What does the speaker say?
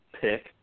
pick